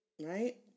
Right